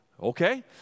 Okay